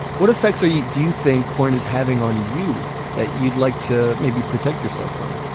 what effects are you, do you think point is having on you that you'd like to maybe protect yourself from?